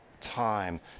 time